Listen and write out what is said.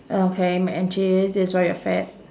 okay mac and cheese this why you're fat